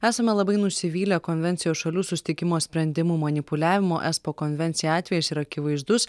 esame labai nusivylę konvencijos šalių susitikimo sprendimu manipuliavimo espo konvencija atvejis yra akivaizdus